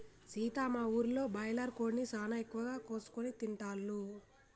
సీత మా ఊరిలో బాయిలర్ కోడిని సానా ఎక్కువగా కోసుకొని తింటాల్లు